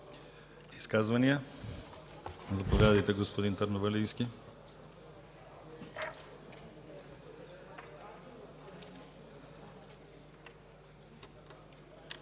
Изказвания? Заповядайте, господин Търновалийски.